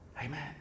Amen